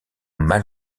mal